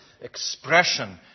expression